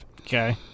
Okay